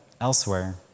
elsewhere